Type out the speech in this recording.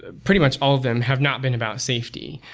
ah pretty much all of them, have not been about safety.